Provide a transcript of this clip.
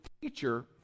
teacher